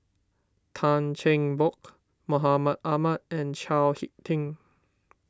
Tan Cheng Bock Mahmud Ahmad and Chao Hick Tin